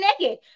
naked